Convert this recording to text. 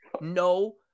No